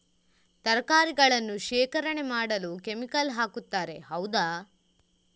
ತರಕಾರಿಗಳನ್ನು ಶೇಖರಣೆ ಮಾಡಲು ಕೆಮಿಕಲ್ ಹಾಕುತಾರೆ ಹೌದ?